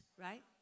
right